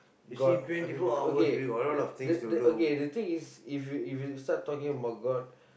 god I mean you okay the the the okay thing is if you if you start talking about god